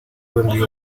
głębi